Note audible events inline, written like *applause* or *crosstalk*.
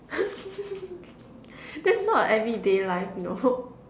*laughs* that's not an everyday life you know